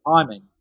timing